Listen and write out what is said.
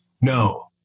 no